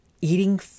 eating